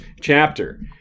chapter